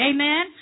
Amen